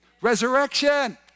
Resurrection